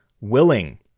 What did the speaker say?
willing